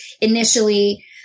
initially